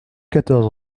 quatorze